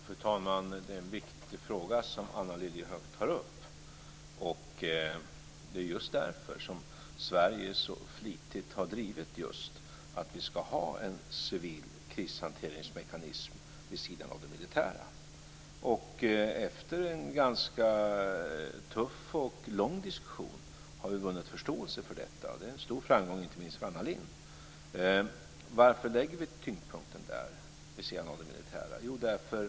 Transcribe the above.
Fru talman! Det är en viktig fråga som Anna Lilliehöök tar upp. Det är just därför som Sverige så flitigt har drivit att vi ska ha en civil krishanteringsmekanism vid sidan av det militära. Efter en ganska tuff och lång diskussion har vi vunnit förståelse för detta. Det är en stor framgång, inte minst för Anna Varför lägger vi tyngdpunkten där, vid sidan av det militära?